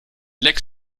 lecks